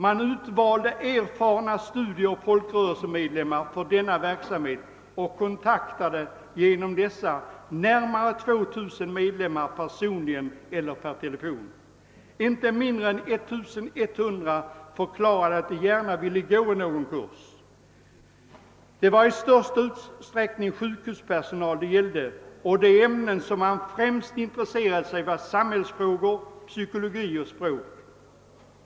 Man utvalde erfarna studieoch folkrörelsemedlemmar för denna verk samhet och kontaktade genom dessa närmare 2 000 medlemmar personligen eller per telefon, och inte mindre än 1100 förklarade då att de gärna ville gå i någon kurs. Det gällde i största utsträckning sjukhuspersonal, och de ämnen man främst var intresserad av var samhällsfrågor, psykologi och språk.